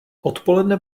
odpoledne